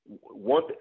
one